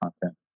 content